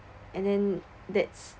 and then that's